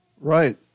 Right